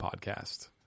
podcast